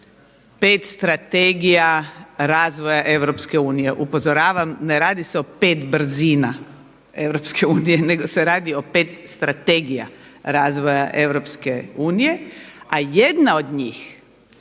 i 5 strategija razvoja EU. Upozoravam ne radi se o pet brzina EU nego se radi o pet strategija razvoja EU a jedna od njih